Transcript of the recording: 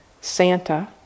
Santa